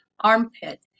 armpit